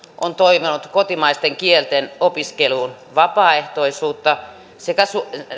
on toivonut kotimaisten kielten opiskeluun vapaaehtoisuutta sekä